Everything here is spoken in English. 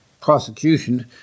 prosecution